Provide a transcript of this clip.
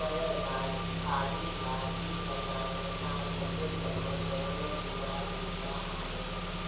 पर गाॾ ख़ाली गाॾी हलाइण सां सभु कम कोन पूरा थींदा आहिनि